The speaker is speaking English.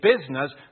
business